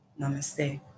Namaste